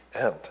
end